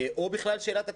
או בכלל, שאלת התקציבים.